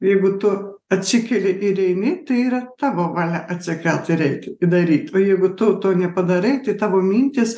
jeigu tu atsikeli ir eini tai yra tavo valia atsikelt ir eit daryti o jeigu tu to nepadarai tai tavo mintys